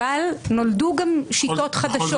אבל נולדו גם שיטות חדשות.